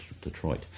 Detroit